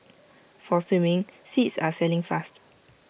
for swimming seats are selling fast